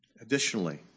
additionally